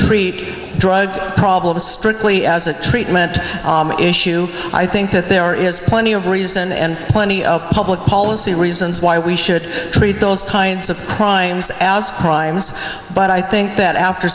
treat drug problems strictly as a treatment i think that there is plenty of reason and plenty of public policy reasons why we should treat those kinds of crimes as crimes but i think that after